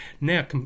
Now